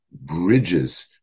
bridges